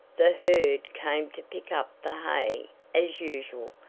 the herd came to pick up the hay as usual,